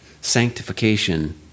Sanctification